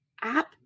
app